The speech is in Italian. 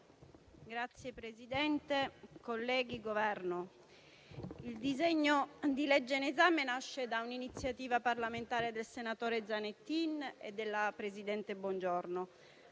Signor Presidente, colleghi, membri del Governo, il disegno di legge in esame nasce da un'iniziativa parlamentare del senatore Zanettin e della presidente Bongiorno